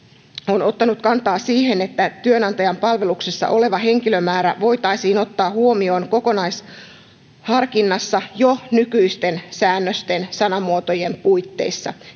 ottanut kantaa siihen että työnantajan palveluksessa oleva henkilömäärä voitaisiin ottaa huomioon kokonaisharkinnassa jo nykyisten säännösten sanamuotojen puitteissa